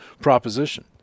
proposition